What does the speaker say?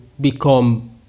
become